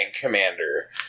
commander